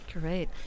Great